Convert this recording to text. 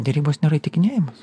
derybos nėra įtikinėjimas